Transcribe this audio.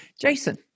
Jason